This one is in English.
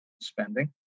spending